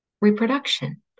reproduction